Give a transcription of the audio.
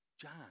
John